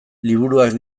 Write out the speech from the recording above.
liburuak